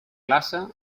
glaça